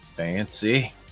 Fancy